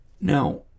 Now